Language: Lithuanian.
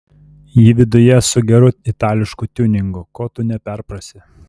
ji viduje su geru itališku tiuningu ko tu neperprasi